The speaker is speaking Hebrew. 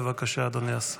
בבקשה, אדוני השר.